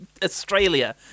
Australia